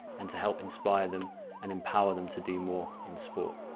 and to help inspire them and empower them to do more in sport.